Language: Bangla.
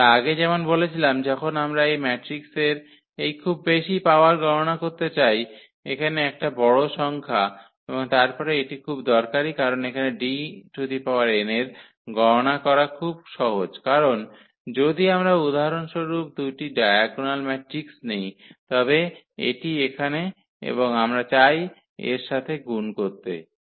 আমরা আগে যেমন বলেছিলাম যখন আমরা এই ম্যাট্রিক্সের এই খুব বেশী পাওয়ার গণনা করতে চাই এখানে একটি বড় সংখ্যা এবং তারপরে এটি খুব খুব দরকারী কারণ এখানে Dn এর গণনা করা খুব সহজ কারণ যদি আমরা উদাহরণস্বরূপ 2 টি ডায়াগোনাল ম্যাট্রিক্স নিই তবে এটি এখানে এবং আমরা চাই এর সাথে গুণ করতে চাই